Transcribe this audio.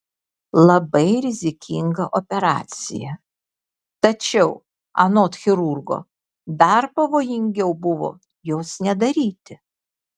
labai rizikinga operacija tačiau anot chirurgo dar pavojingiau buvo jos nedaryti